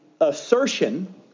assertion